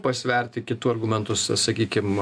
pasverti kitų argumentus sakykim